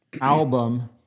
album